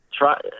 try